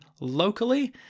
locally